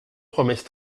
promesse